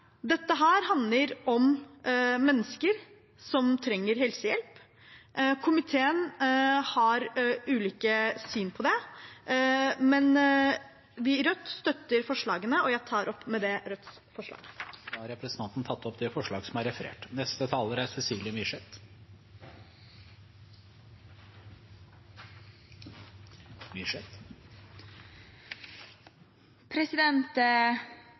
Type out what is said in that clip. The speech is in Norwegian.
Dette handler om mennesker som trenger helsehjelp. Komiteen har ulike syn på det, men vi i Rødt støtter forslagene. Og med det tar jeg opp forslagene Rødt er en del av. Representanten Seher Aydar har tatt opp